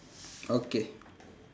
okay